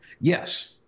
Yes